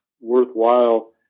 worthwhile